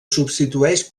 substitueix